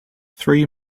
three